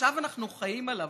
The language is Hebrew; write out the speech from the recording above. עכשיו אנחנו חיים עליו,